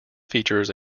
features